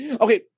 okay